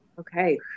okay